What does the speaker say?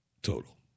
Total